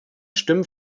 stimmen